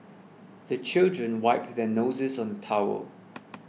the children wipe their noses on the towel